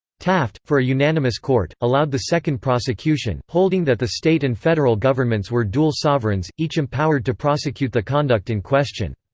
taft, for a unanimous court, allowed the second prosecution, holding that the state and federal governments were dual sovereigns, each empowered to prosecute the conduct in question.